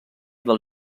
del